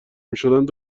میشدند